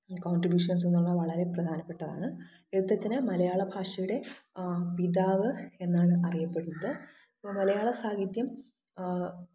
കോൺട്രിബ്യുഷൻസന്നുള്ള വളരെ പ്രധാനപ്പെട്ടതാണ് എഴുത്തച്ഛന് മലയാള ഭാഷയുടെ പിതാവ് എന്നാണ് അറിയപ്പെടുന്നത് അപ്പോൾ മലയാള സാഹിത്യം ആ